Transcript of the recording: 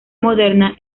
moderna